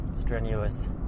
strenuous